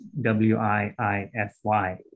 W-I-I-F-Y